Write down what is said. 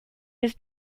his